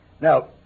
Now